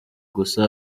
gusa